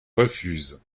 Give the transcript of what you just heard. refusent